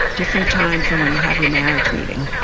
different time from when you have your marriage meeting.